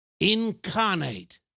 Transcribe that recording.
incarnate